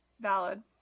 valid